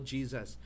Jesus